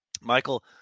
Michael